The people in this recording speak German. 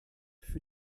für